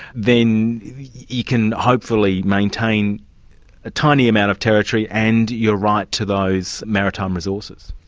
then you can hopefully maintain a tiny amount of territory and your right to those maritime resources.